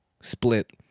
split